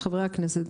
את חברי הכנסת,